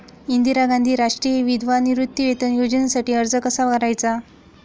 इंदिरा गांधी राष्ट्रीय विधवा निवृत्तीवेतन योजनेसाठी अर्ज कसा करायचा?